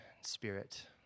Spirit